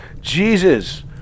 Jesus